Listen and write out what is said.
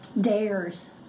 dares